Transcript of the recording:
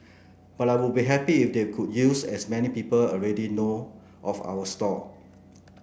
but I would be happy if they could use as many people already know of our stall